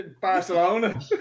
Barcelona